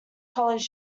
college